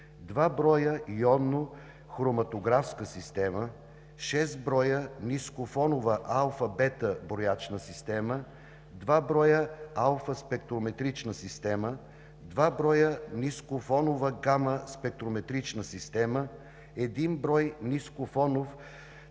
2 броя йонно-хроматографска система; 6 броя нискофонова алфа/бета броячна система; 2 броя алфа спектрометрична система; 2 броя нискофонова гама спектометрична система; 1 брой нискофонов течносцинтилационен